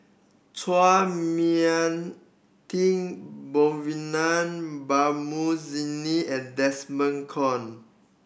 Chua Mia Tee Babu and Desmond Kon